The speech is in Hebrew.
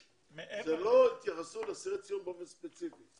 זה לא שהתייחסו לאסירי ציון באופן ספציפי,